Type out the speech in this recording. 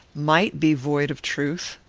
might be void of truth.